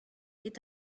est